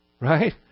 Right